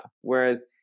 whereas